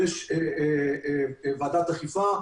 ויש ועדת אכיפה.